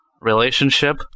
relationship